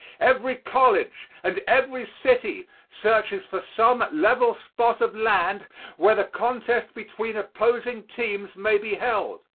every college and every city searches for some level spot of land where the contest between opposing teams may be held,